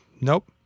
nope